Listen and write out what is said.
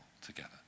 together